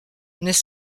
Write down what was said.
n’est